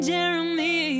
Jeremy